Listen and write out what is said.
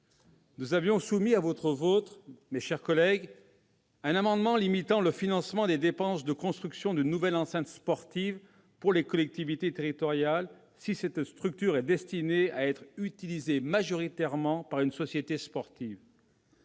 nous avons soumis à votre vote un amendement visant à limiter le financement des dépenses de construction d'une nouvelle enceinte sportive pour les collectivités territoriales, si cette structure est destinée à être utilisée majoritairement par une société sportive.